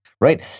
right